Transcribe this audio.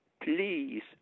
Please